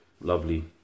Lovely